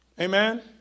Amen